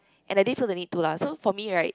and I didn't feel the need to lah so for me right